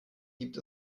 gibt